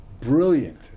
Brilliant